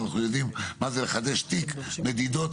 אנחנו יודעים מה זה לחדש תיק מדידות,